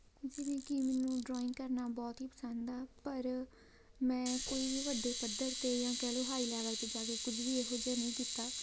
ਜਿਵੇਂ ਕਿ ਮੈਨੂੰ ਡਰਾਇੰਗ ਕਰਨਾ ਬਹੁਤ ਹੀ ਪਸੰਦ ਆ ਪਰ ਮੈਂ ਕੋਈ ਵੀ ਵੱਡੇ ਪੱਧਰ 'ਤੇ ਜਾਂ ਕਹਿ ਲਓ ਹਾਈ ਲੈਵਲ 'ਤੇ ਜਾ ਕੇ ਕੁਝ ਵੀ ਇਹੋ ਜਿਹਾ ਨਹੀਂ ਕੀਤਾ